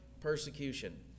persecution